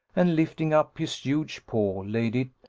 and lifting up his huge paw, laid it,